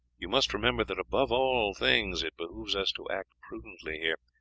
you must remember that above all things it behoves us to act prudently here,